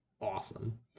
awesome